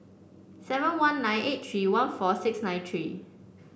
seven one nine eight three one four six nine three